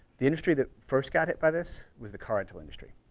the industry that first got hit by this was the car rental industry.